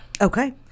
Okay